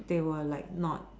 they were like not